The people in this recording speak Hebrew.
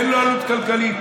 אין לו עלות כלכלית,